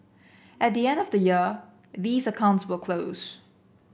at the end of the year these accounts will close